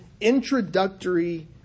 introductory